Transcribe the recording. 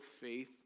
faith